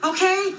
Okay